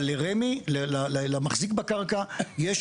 אבל לרמ"י, למחזיק בקרקע יש